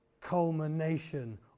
culmination